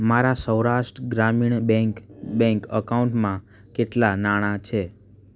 મારા સૌરાષ્ટ્ર ગ્રામીણ bank bank એકાઉન્ટમાં કેટલાં નાણાં છે